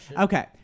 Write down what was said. Okay